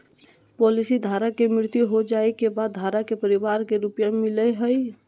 policy धारक के मृत्यु हो जाइ के बाद धारक के परिवार के रुपया मिलेय हइ